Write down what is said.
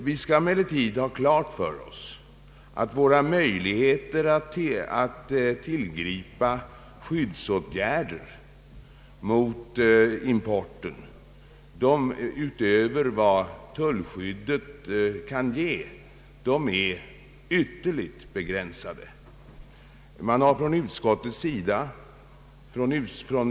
Vi skall emellertid ha klart för oss att våra möjligheter att tillgripa skyddsåtgärder mot importen utöver dem tullskyddet kan ge är ytterligt begränsade.